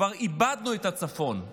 כבר איבדנו את הצפון.